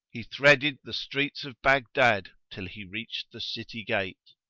he threaded the streets of baghdad, till he reached the city gate.